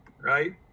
right